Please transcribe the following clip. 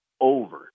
over